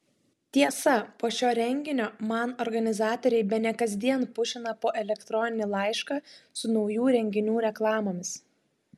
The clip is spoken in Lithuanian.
tiesa po šio renginio man organizatoriai bene kasdien pušina po elektroninį laišką su naujų renginių reklamomis